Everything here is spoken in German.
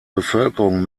bevölkerung